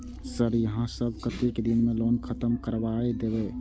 Sir यहाँ सब कतेक दिन में लोन खत्म करबाए देबे?